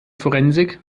forensik